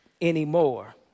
anymore